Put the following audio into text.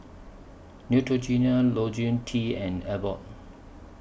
Neutrogena Ionil T and Abbott